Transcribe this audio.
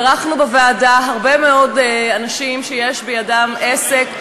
אירחנו בוועדה הרבה מאוד אנשים שיש להם עסק,